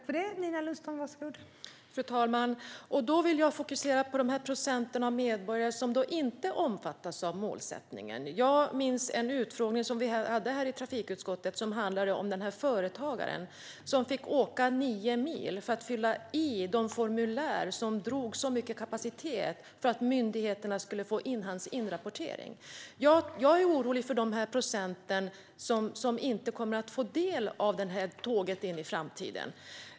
Fru talman! Jag vill fokusera på de procent av medborgarna som inte omfattas av målsättningen. Jag minns en utfrågning som vi hade i trafikutskottet och som handlade om den företagare som fick åka nio mil för att fylla i formulär som drog mycket kapacitet, för att myndigheterna skulle få in hans rapportering. Jag är orolig för de procent som inte kommer med på tåget in i framtiden.